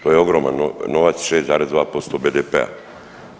To je ogroman novac, 6,2% BDP-a.